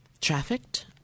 trafficked